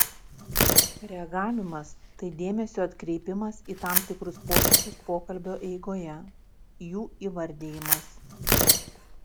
reagavimas tai dėmesio atkreipimas į tam tikrus pokyčius pokalbio eigoje jų įvardijimas